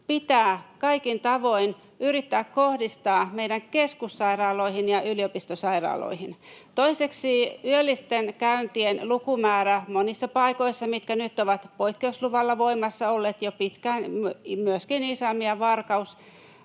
pitää kaikin tavoin yrittää kohdistaa meidän keskussairaaloihin ja yliopistosairaaloihin. Toiseksi yöllisten käyntien lukumäärät monissa paikoissa — mitkä nyt ovat poikkeusluvalla voimassa olleet jo pitkään, myöskin Iisalmi ja Varkaus